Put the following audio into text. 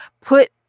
put